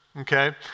Okay